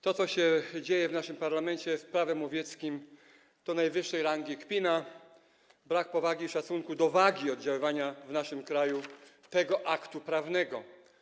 To, co się dzieje w naszym parlamencie z Prawem łowieckim, to najwyższej rangi kpina, brak powagi i szacunku w odniesieniu do wagi oddziaływania w naszym kraju tego aktu prawnego.